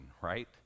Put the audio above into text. right